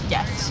Yes